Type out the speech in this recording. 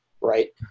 right